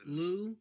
Lou